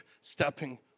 stepping